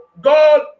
God